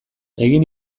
egin